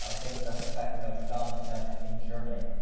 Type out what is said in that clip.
ah been through the hunchback of notre dame, which we mounted in germany.